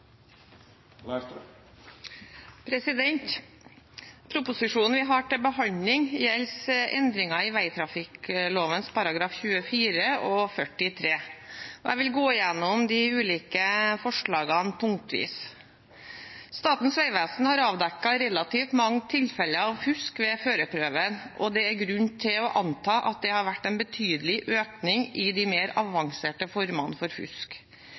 vedteke. Proposisjonen vi har til behandling, gjelder endringer i vegtrafikkloven §§ 24 og 43. Jeg vil gå gjennom de ulike forslagene punktvis. Statens vegvesen har avdekket relativt mange tilfeller av fusk ved førerprøven, og det er grunn til å anta at det har vært en betydelig økning i de mer avanserte formene for fusk.